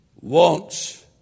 wants